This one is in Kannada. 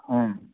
ಹ್ಞೂ